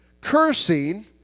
cursing